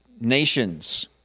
nations